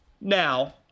Now